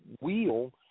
wheel